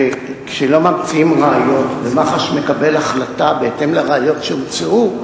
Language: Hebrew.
וכשלא ממציאים ראיות ומח"ש מקבל החלטה בהתאם לראיות שהומצאו,